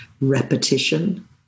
repetition